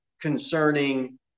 concerning